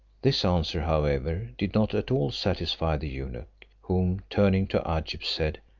this answer, however, did not at all satisfy the eunuch, who turning to agib, said,